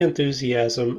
enthusiasm